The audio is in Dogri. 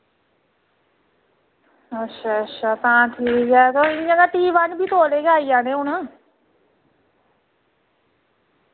अच्छा अच्छा तां ठीक ऐ तां इ'य्यां ते टी वन बी तौले गै आई जाने हू'न